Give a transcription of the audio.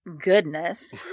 goodness